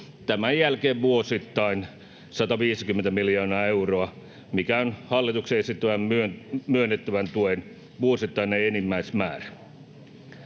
tämän jälkeen vuosittain 150 miljoonaa euroa, mikä on hallituksen esittämän myönnettävän tuen vuosittainen enimmäismäärä.